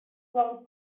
grown